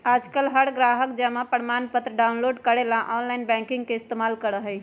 आजकल हर ग्राहक जमा प्रमाणपत्र डाउनलोड करे ला आनलाइन बैंकिंग के इस्तेमाल करा हई